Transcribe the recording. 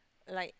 like